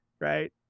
right